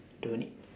don't need